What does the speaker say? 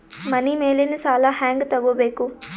ಮನಿ ಮೇಲಿನ ಸಾಲ ಹ್ಯಾಂಗ್ ತಗೋಬೇಕು?